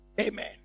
Amen